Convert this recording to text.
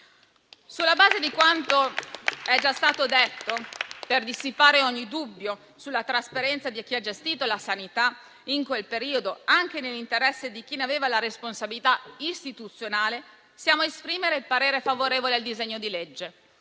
Sulla base di quanto è già stato detto, per dissipare ogni dubbio sulla trasparenza di chi ha gestito la sanità in quel periodo anche nell'interesse di chi ne aveva la responsabilità istituzionale, siamo a esprimere il voto favorevole al disegno di legge.